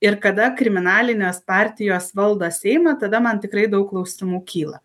ir kada kriminalinės partijos valdo seimą tada man tikrai daug klausimų kyla